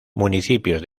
municipios